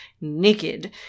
naked